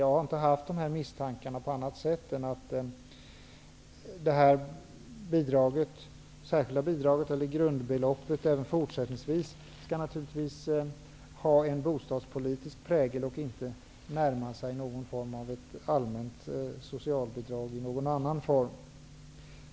Jag har inte haft några misstankar i annat avseende än att jag vill att det särskilda bidraget, eller grundbeloppet, även fortsättningsvis naturligtvis skall ha en bostadspolitisk prägel och inte närma sig något allmänt socialbidrag i någon form.